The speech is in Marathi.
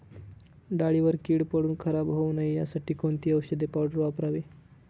डाळीवर कीड पडून खराब होऊ नये यासाठी कोणती औषधी पावडर वापरावी?